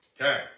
Okay